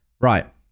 Right